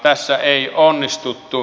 tässä ei onnistuttu